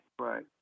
Right